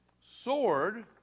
sword